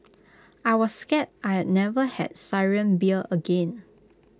I was scared I'd never have Syrian beer again